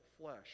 flesh